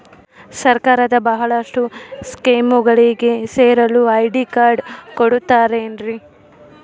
ಸರ್ಕಾರದ ಬಹಳಷ್ಟು ಸ್ಕೇಮುಗಳಿಗೆ ಸೇರಲು ಐ.ಡಿ ಕಾರ್ಡ್ ಕೊಡುತ್ತಾರೇನ್ರಿ?